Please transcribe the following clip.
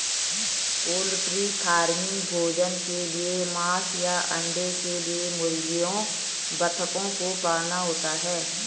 poultry farming भोजन के लिए मांस या अंडे के लिए मुर्गियों बतखों को पालना होता है